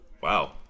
Wow